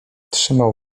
trzymał